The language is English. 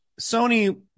Sony